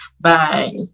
Bye